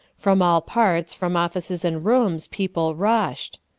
from all parts, from offices and rooms, people rushed.